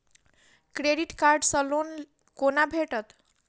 Credit card सँ loan कोना भेटत?